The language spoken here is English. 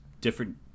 different